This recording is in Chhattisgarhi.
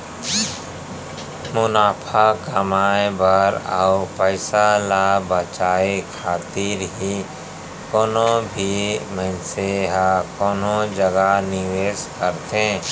मुनाफा कमाए बर अउ पइसा ल बचाए खातिर ही कोनो भी मनसे ह कोनो जगा निवेस करथे